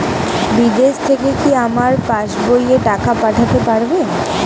বিদেশ থেকে কি আমার পাশবইয়ে টাকা পাঠাতে পারবে?